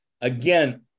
again